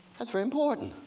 that's very important.